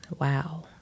Wow